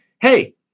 hey